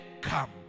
come